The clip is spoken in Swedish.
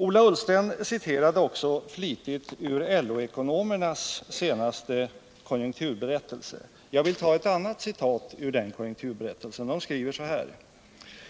Ola Ullsten citerade flitigt ur LO-ekonomernas senaste konjunkturberättelse. Jag vill ta ett annat citat ur den: